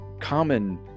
common